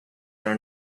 are